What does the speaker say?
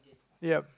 yep